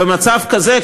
במצב כזה,